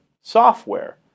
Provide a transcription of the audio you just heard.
software